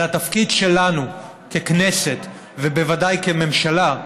וזה התפקיד שלנו, ככנסת, ובוודאי כממשלה,